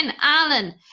Alan